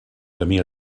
camí